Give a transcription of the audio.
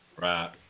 Right